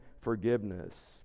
forgiveness